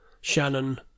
Shannon